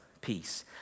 peace